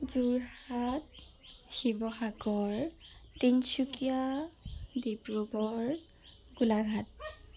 Jorhat Sivasagar Tinsukia Dibrugarh Golaghat